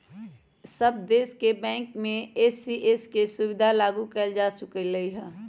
सब देश के बैंक में ई.सी.एस के सुविधा लागू कएल जा चुकलई ह